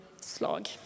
slag